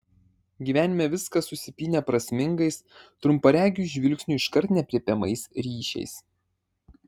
gyvenime viskas susipynę prasmingais trumparegiui žvilgsniui iškart neaprėpiamais ryšiais